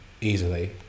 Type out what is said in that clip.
easily